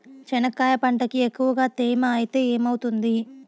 చెనక్కాయ పంటకి ఎక్కువగా తేమ ఐతే ఏమవుతుంది?